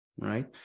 right